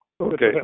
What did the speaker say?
Okay